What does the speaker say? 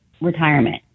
retirement